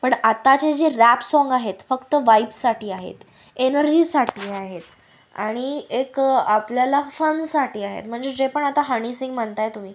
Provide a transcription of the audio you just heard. पण आत्ताचे जे रॅप साँग आहेत फक्त वाईबसाठी आहेत एनर्जीसाठी आहेत आणि एक आपल्याला फनसाठी आहेत म्हणजे जे पण आता हनीसिंग म्हणत आहे तुम्ही